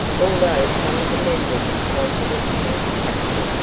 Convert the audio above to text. although some of the members wanted it camp capital,